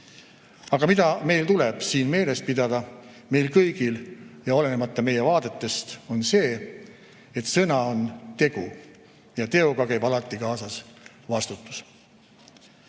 Aga mida meil tuleb siin meeles pidada – meil kõigil, olenemata meie vaadetest –, on see, et sõna on tegu, ja teoga käib alati kaasas vastutus.